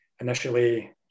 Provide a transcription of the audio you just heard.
initially